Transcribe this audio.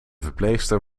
verpleegster